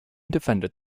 defended